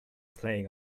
playing